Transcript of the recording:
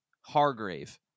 Hargrave